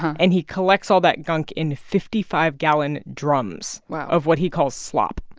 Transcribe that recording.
and he collects all that gunk in fifty five gallon drums. wow. of what he calls slop oh,